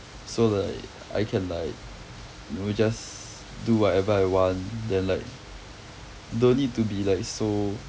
so like I can like you know just do whatever I want then like don't need to be like so